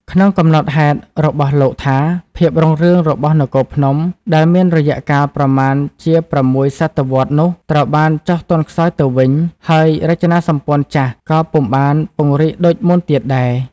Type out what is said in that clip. ក្នុងកំណត់ហេតុរបស់លោកថា ភាពរុងរឿងរបស់នគរភ្នំ ដែលមានរយៈ កាលប្រមាណជា ៦ សតវត្សរ៍នោះត្រូវបានចុះ ទន់ខ្សោយទៅវិញ ហើយរចនាសម្ព័ន្ធចាស់ក៏ពុំបានពង្រីកដូចមុនទៀតដែរ។